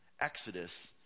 Exodus